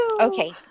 Okay